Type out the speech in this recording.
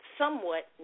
somewhat